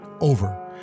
Over